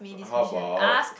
how about